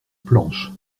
planches